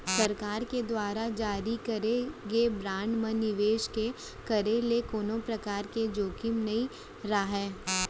सरकार के दुवार जारी करे गे बांड म निवेस के करे ले कोनो परकार के जोखिम नइ राहय